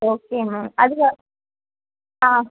okay ma'am அதுவா ஆ